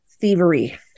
thievery